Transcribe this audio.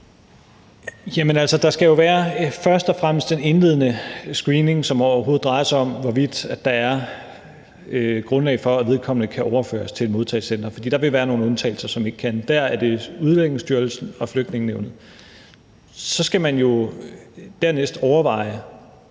der skal jo først og fremmest være den indledende screening, som drejer sig om, om der overhovedet er grundlag for, at vedkommende kan overføres til et modtagecenter, for der vil være nogle undtagelser, hvor man ikke kan gøre det. Der ligger det hos Udlændingestyrelsen og Flygtningenævnet. Så skal man dernæst overveje,